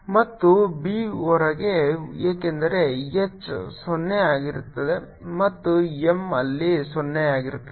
ಮತ್ತು B ಹೊರಗೆ ಏಕೆಂದರೆ H 0 ಆಗಿರುತ್ತದೆ ಮತ್ತು M ಅಲ್ಲಿ 0 ಆಗಿರುತ್ತದೆ